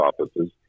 offices